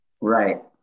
Right